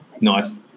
nice